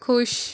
ਖੁਸ਼